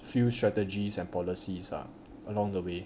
few strategies and policies ah along the way